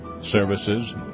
services